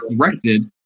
corrected